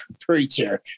preacher